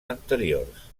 anteriors